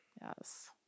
yes